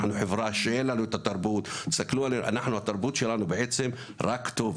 התרבות שלנו היא תרבות של טוב.